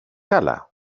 καλά